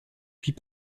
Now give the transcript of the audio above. puis